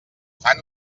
fan